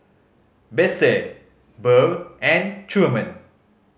Besse Burr and Truman